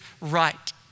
right